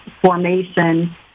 formation